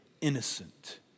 innocent